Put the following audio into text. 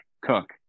cook